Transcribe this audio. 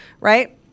right